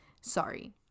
sorry